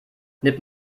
nimmt